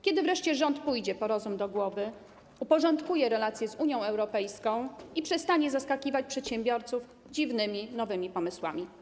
Kiedy wreszcie rząd pójdzie po rozum do głowy, uporządkuje relacje z Unią Europejską i przestanie zaskakiwać przedsiębiorców dziwnymi nowymi pomysłami?